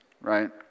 right